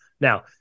Now